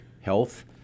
health